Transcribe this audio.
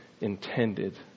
intended